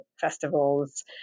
festivals